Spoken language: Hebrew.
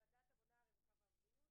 ועדת העבודה, הרווחה והבריאות.